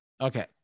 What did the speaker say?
Okay